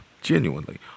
Genuinely